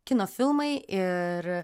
kino filmai ir